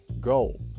goal